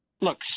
look